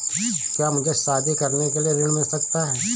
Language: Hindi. क्या मुझे शादी करने के लिए ऋण मिल सकता है?